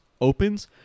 opens